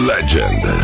Legend